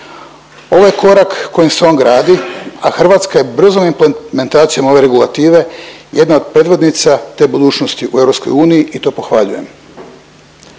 Ovo je korak kojim se on gradi, a Hrvatska je brzom implementacijom ove regulative, jedna od predvodnica te budućnosti u EU i to pohvaljujem.